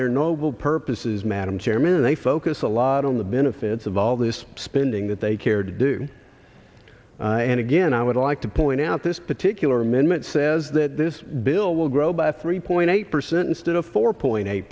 their noble purposes madam chairman and they focus a lot on the benefits of all this spending that they care to do and again i would like to point out this particular amendment says that this bill will grow by three point eight percent instead of four point eight